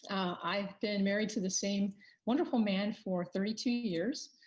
i've been married to the same wonderful man for thirty two years.